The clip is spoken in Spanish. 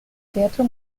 teatro